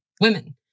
women